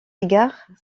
égard